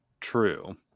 True